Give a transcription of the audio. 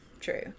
true